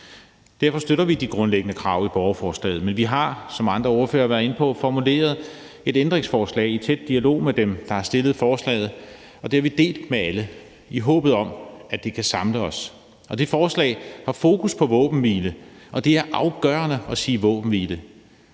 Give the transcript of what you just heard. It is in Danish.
Derfor støtter vi de grundlæggende krav i borgerforslaget, men vi har, som andre ordførere har været ind på, formuleret et ændringsforslag i tæt dialog med dem, der har stillet forslaget, og det har vi delt med alle i håbet om, at det kan samle os. Det forslag har fokus på våbenhvile, og det er afgørende at sige »våbenhvile«.